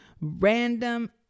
random